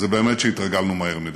באמת שהתרגלנו מהר מדי.